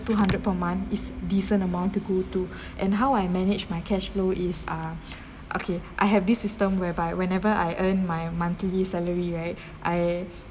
two hundred per month is decent amount to go to and how I manage my cash flow is uh okay I have this system whereby whenever I earn my monthly salary right I